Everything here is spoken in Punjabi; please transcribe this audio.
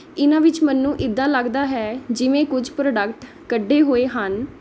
ਇਹਨਾਂ ਵਿੱਚ ਮੈਨੂੰ ਇੱਦਾਂ ਲੱਗਦਾ ਹੈ ਜਿਵੇਂ ਕੁਝ ਪ੍ਰੋਡਕਟ ਕੱਢੇ ਹੋਏ ਹਨ